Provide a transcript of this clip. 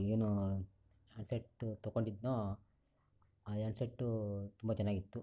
ಏನು hand set ತಗೊಂಡಿದ್ನೋ ಆ ಆ್ಯಂಡ್ ಸೆಟ್ಟೂ ತುಂಬ ಚೆನ್ನಾಗಿತ್ತು